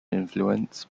influence